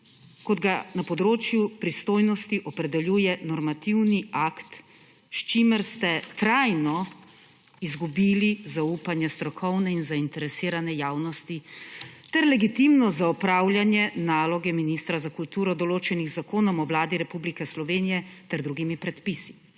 kot ga na področju pristojnosti opredeljuje normativni akt, s čimer ste trajno izgubili zaupanje strokovne in zainteresirane javnosti ter legitimnost za opravljanje naloge ministra za kultura, določenih z Zakonom o Vladi Republike Slovenije ter drugimi predpisi.